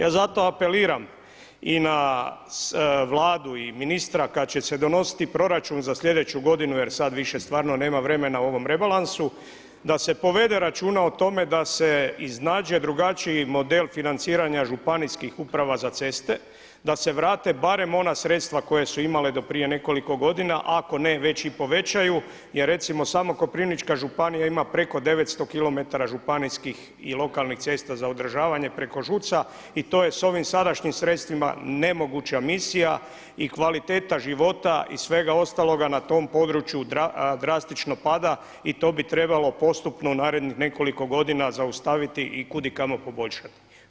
Ja zato apeliram i na Vladu i ministra kada će se donositi proračun za sljedeću godinu jer sada više stvarno nema vremena u ovom rebalansu da se povede računa o tome da se iznađe drugačiji model financiranja ŽUC-eva da se vrate barem ona sredstva koja su imale do prije nekoliko godina, ako već ne i povećaju jer recimo samo Koprivnička županija ima preko 900km županijskih i lokalnih cesta za održavanje preko ŽUC-a i to je sa ovim sadašnjim sredstvima nemoguća misija i kvaliteta života i svega ostaloga na tom području drastično pada i to bi trebalo postupno u narednih nekoliko godina zastaviti i kud i kamo poboljšati.